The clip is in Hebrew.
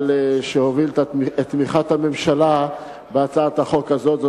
שהוביל את תמיכת הממשלה בהצעת החוק הזאת.